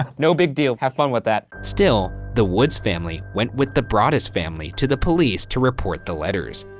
ah no big deal, have fun with that. still, the woods family went with the broaddus family to the police to report the letters.